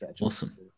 Awesome